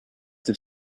have